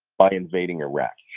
by invading iraq.